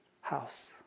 house